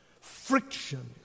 friction